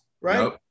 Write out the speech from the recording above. right